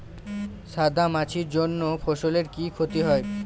সাদা মাছির জন্য ফসলের কি ক্ষতি হয়?